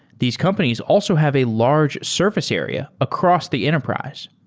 these companies also have a large surface area across the enterprise.